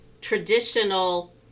traditional